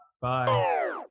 Bye